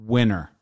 Winner